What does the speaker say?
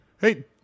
hey